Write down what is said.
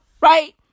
Right